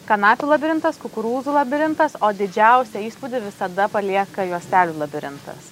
kanapių labirintas kukurūzų labirintas o didžiausią įspūdį visada palieka juostelių labirintas